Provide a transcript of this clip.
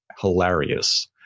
hilarious